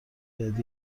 بهت